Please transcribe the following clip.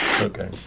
okay